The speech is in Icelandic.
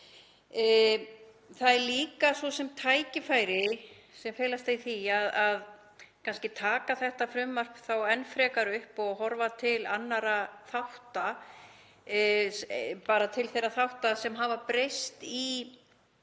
Það eru svo sem líka tækifæri sem felast í því að taka þetta frumvarp enn frekar upp og horfa til annarra þátta, bara til þeirra þátta sem hafa breyst í